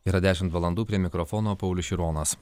yra dešimt valandų prie mikrofono paulius šironas